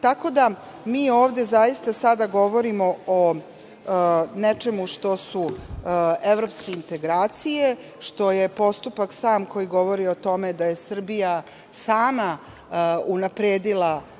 od 6%.Mi ovde zaista sada govorimo o nečemu što su evropske integracije, što je postupak sam koji govori o tome da je Srbija sama unapredila